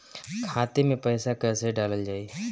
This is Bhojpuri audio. खाते मे पैसा कैसे डालल जाई?